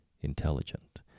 intelligent